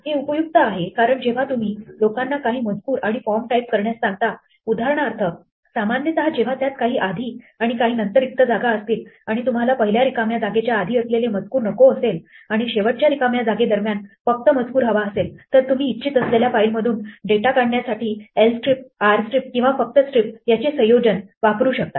हे उपयुक्त आहे कारण जेव्हा तुम्ही लोकांना काही मजकूर आणि फॉर्म टाईप करण्यास सांगता उदाहरणार्थ सामान्यतः जेव्हा त्यात काही आधी आणि काही नंतर रिक्त जागा असतील आणि तुम्हाला पहिल्या रिकाम्या जागेच्या आधी असलेले मजकूर नको असेल आणि शेवटच्या रिकाम्या जागे दरम्यान फक्त मजकूर हवा असेल तर तुम्ही इच्छित असलेल्या फाईल मधून डेटा काढण्यासाठी lstriprstrip किंवा फक्त strip याचे संयोजन वापरू शकता